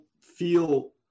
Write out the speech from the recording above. feel